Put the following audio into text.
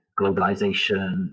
globalization